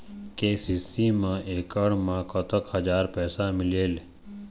KCC मा एकड़ मा कतक हजार पैसा मिलेल?